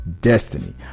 destiny